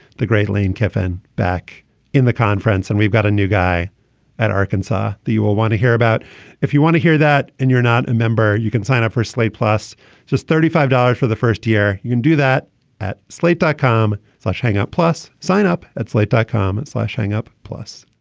the great lane kiffin back in the conference. and we've got a new guy at arkansas. you all want to hear about if you want to hear that and you're not a member. you can sign up for slate plus just thirty five dollars for the first year you can do that at slate dot com slash hangout, plus sign up at slate dot com. and slash. hang up. plus